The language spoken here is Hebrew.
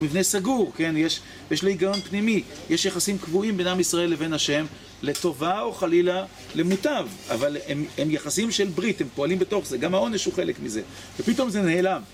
מבנה סגור, כן, יש לו היגיון פנימי, יש יחסים קבועים בין עם ישראל לבין ה' לטובה או חלילה, למוטב, אבל הם יחסים של ברית, הם פועלים בתוך זה, גם העונש הוא חלק מזה, ופתאום זה נעלם